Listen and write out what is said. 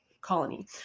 colony